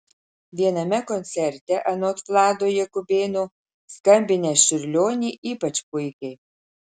viename koncerte anot vlado jakubėno skambinęs čiurlionį ypač puikiai